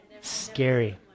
scary